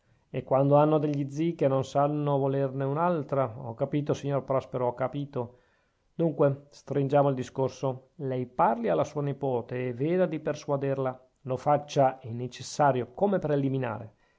e quando hanno degli zii che non sanno volerne un'altra ho capito signor prospero ho capito dunque stringiamo il discorso lei parli alla sua nepote e veda di persuaderla lo faccia è necessario come preliminare